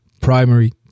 primary